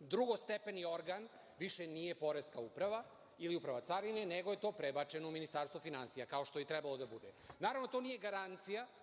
drugostepeni organ više nije poreska uprava ili uprava carine, nego je to prebačeno u Ministarstvo finansija, kao što je i trebalo da bude. Naravno, to nije garancija